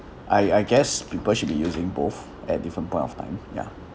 I I guess people should be using both at different point of time ya